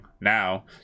Now